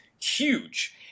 huge